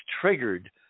triggered